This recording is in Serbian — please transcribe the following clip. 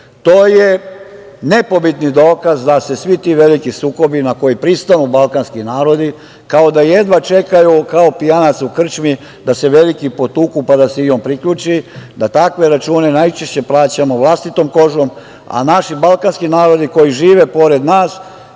je nepobitni dokaz da se svi ti veliki sukobi na koji pristanu balkanski narodi, kao da jedva čekaju, kao pijanac u krčmi, da se veliki potuku pa da se i on priključi, da takve račune najčešće plaćamo vlastitom kožom, a naši balkanski narodi koji žive pored nas